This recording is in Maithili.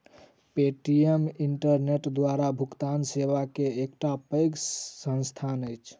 पे.टी.एम इंटरनेट द्वारा भुगतान सेवा के एकटा पैघ संस्थान अछि